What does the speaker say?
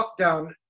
lockdown